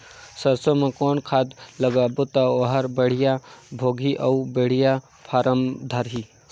सरसो मा कौन खाद लगाबो ता ओहार बेडिया भोगही अउ बेडिया फारम धारही?